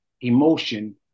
emotion